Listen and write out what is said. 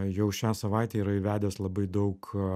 jau šią savaitę yra įvedęs labai daug